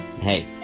hey